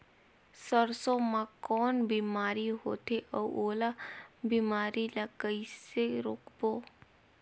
सरसो मा कौन बीमारी होथे अउ ओला बीमारी ला कइसे रोकबो?